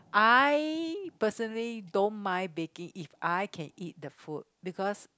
I personally don't mind baking if I can eat the food because